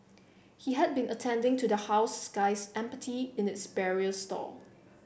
he had been attending to the house Sky Empathy in its barrier stall